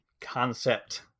concept